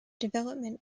development